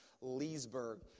Leesburg